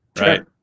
right